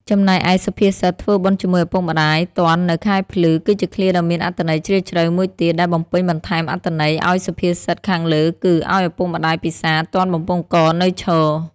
ចំណែកឯ សុភាសិត ធ្វើបុណ្យជាមួយឪពុកម្តាយទាន់នៅខែភ្លឺ គឺជាឃ្លាដ៏មានអត្ថន័យជ្រាលជ្រៅមួយទៀត ដែលបំពេញបន្ថែមអត្ថន័យអោយសុភាសិតខាងលើគឺ ឲ្យឪពុកម្តាយពិសារ ទាន់បំពង់ករនៅឈរ។